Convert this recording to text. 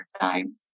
time